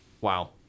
Wow